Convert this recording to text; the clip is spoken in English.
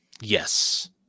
Yes